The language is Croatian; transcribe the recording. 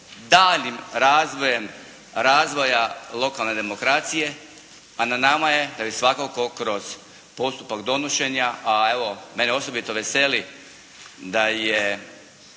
daljnjim razvojem razvoja lokalne demokracije, a na nama je … /Govornik se ne razumije./ … postupak donošenja a evo mene osobito veseli da je,